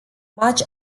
much